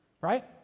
right